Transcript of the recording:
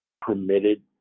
permitted